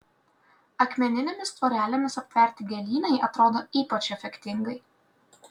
akmeninėmis tvorelėmis aptverti gėlynai atrodo ypač efektingai